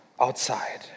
outside